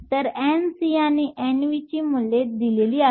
तर Nc आणि Nv ची मूल्ये दिलेली आहेत